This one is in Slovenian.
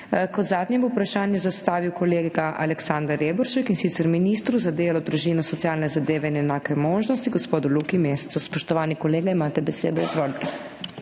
Kot zadnji bo vprašanje zastavil kolega Aleksander Reberšek, in sicer ministru za delo, družino, socialne zadeve in enake možnosti, gospodu Luki Mescu. Spoštovani kolega, imate besedo. Izvolite.